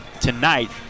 tonight